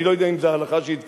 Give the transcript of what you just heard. אני לא יודע אם זו הלכה שהתקבלה,